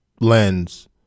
lens